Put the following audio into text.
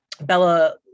Bella